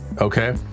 Okay